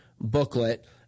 booklet